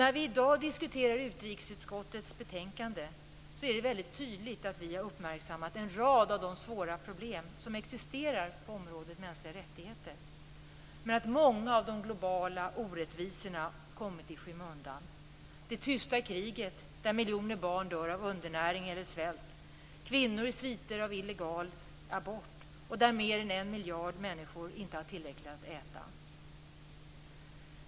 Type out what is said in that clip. När vi i dag diskuterar utrikesutskottets betänkande är det väldigt tydligt att vi har uppmärksammat en rad av de svåra problem som existerar på området mänskliga rättigheter. Men många av de globala orättvisorna har kommit i skymundan - det tysta kriget, där miljoner barn dör av undernäring eller svält, där kvinnor dör i sviter av illegal abort och där mer än en miljard människor inte har tillräckligt att äta.